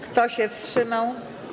Kto się wstrzymał?